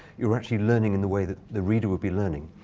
you're actually learning in the way that the reader would be learning.